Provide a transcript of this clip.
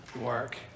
work